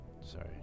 sorry